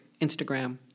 Instagram